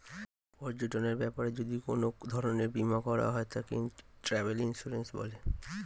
পর্যটনের ব্যাপারে যদি কোন ধরণের বীমা করা হয় তাকে ট্র্যাভেল ইন্সুরেন্স বলে